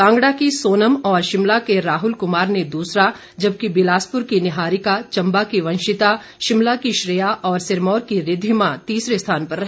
कांगडा की सोनम और शिमला के राहल कुमार ने दूसरा जबकि बिलासपुर की निहारिका चंबा की वंशिता शिमला की श्रेया और सिरमौर की रिधिमा तीसरे स्थान पर रहे